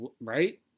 right